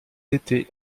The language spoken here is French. été